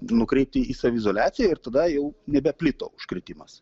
nukreipti į saviizoliaciją ir tada jau nebeplito užkrėtimas